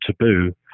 taboo